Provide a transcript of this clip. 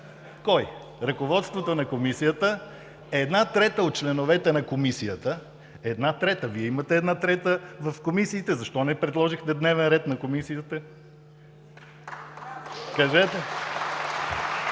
Кой? Ръководството на комисията е една трета от членовете на комисията. Вие имате една трета в комисиите. Защо не предложихте дневен ред на комисиите?